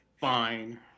Fine